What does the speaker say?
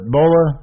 Bola